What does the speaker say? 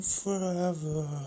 forever